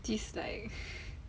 this like